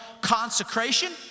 consecration